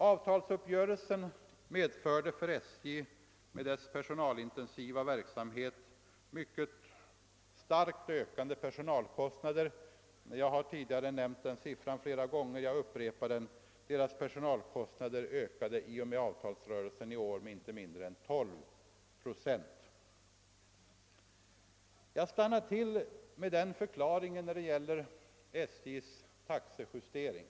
Avtalsuppgörelsen medförde för SJ med dess = personalintensiva verksamhet starkt ökande personalkostnader. Jag har tidigare flera gånger nämnt och jag upprepar nu att personalkostnaderna i och med avtalsuppgörelsen i år ökade med inte mindre än 12 procent. Jag stannar vid denna förklaring till SJ:s taxejustering.